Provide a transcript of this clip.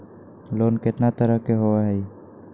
Loan केतना तरह के होअ हई?